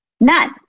none